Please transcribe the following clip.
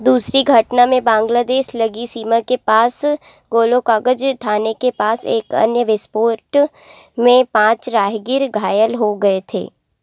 दूसरी घटना में बांग्लादेश से लगी सीमा के पास गोलोकगँज थाने के पास एक अन्य विस्फोट में पाँच राहगीर घायल हो गए